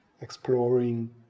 exploring